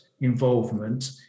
involvement